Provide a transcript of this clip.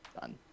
done